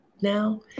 now